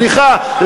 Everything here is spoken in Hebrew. סליחה,